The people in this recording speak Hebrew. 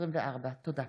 תודה.